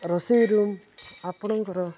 ରୋଷେଇ ରୁମ୍ ଆପଣଙ୍କର